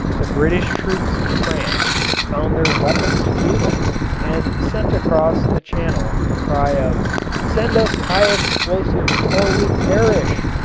the british troops in france found their weapons futile and sent across the channel the cry of send us high explosives or we perish!